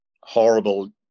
horrible